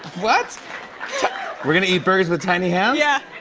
what? we're going to eat burgers with tiny hands? yeah.